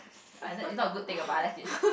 I mean it's not a good thing but I like it